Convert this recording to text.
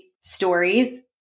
stories